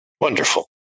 Wonderful